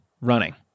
running